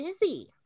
busy